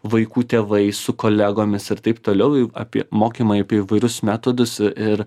vaikų tėvais su kolegomis ir taip toliau apie mokymą apie įvairius metodus ir